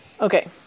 Okay